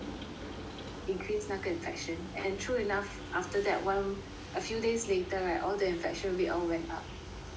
increase 那个 infection and true enough after that one a few days later right all the infection rate all went up